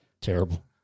terrible